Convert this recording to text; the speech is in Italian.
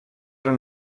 era